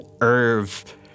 Irv